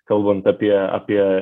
kalbant apie apie